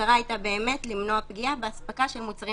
המטרה הייתה למנוע פגיעה באספקה של מוצרים